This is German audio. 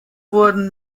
wurden